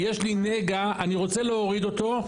--- יש לי נגע, אני רוצה להוריד אותו.